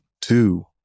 two